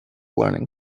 learning